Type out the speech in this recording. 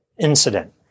incident